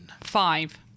Five